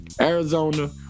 Arizona